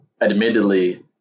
admittedly